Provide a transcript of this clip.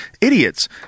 idiots